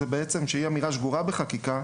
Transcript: שהיא אמירה ששגורה בחקיקה,